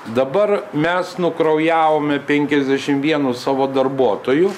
dabar mes nukraujavome penkiasdešim vienu savo darbuotoju